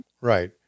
Right